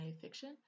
fiction